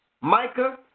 Micah